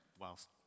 whilst